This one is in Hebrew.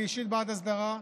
אני אישית בעד הסדרה.